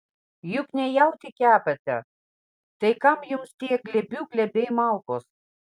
juk ne jautį kepate tai kam jums tie glėbių glėbiai malkos